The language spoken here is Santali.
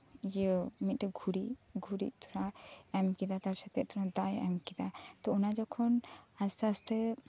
ᱤᱭᱟᱹ ᱢᱤᱫᱴᱮᱡ ᱜᱷᱩᱨᱤᱡᱽ ᱜᱷᱩᱨᱤᱡᱽ ᱛᱷᱚᱲᱟ ᱮᱢᱠᱮᱫᱟ ᱛᱟᱨᱥᱟᱛᱮᱜ ᱛᱷᱚᱲᱟ ᱫᱟᱜ ᱮ ᱮᱢᱠᱮᱫᱟ ᱛᱚ ᱚᱱᱟ ᱡᱚᱠᱷᱚᱱ ᱟᱥᱛᱮ ᱟᱥᱛᱮ